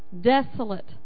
desolate